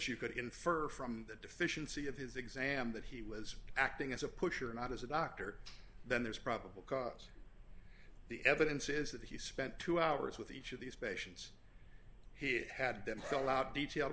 you could infer from the deficiency of his exam that he was acting as a pusher not as a doctor then there's probable cause the evidence is that he spent two hours with each of these patients here had them fill out detail